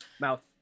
mouth